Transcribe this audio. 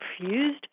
confused